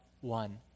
one